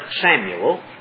Samuel